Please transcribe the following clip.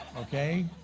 Okay